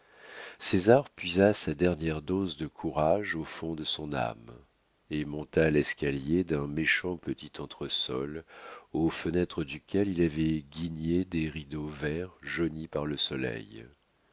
dicta césar puisa sa dernière dose de courage au fond de son âme et monta l'escalier d'un méchant petit entresol aux fenêtres duquel il avait guigné des rideaux verts jaunis par le soleil